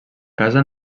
casa